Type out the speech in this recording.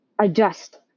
adjust